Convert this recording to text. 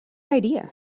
idea